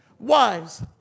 Wives